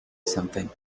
something